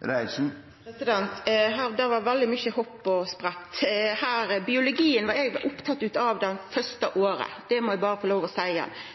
Her var det veldig mykje hopp og sprett. Når det gjeld biologien, var eg opptatt av det første året, det må eg berre få lov til å